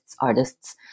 artists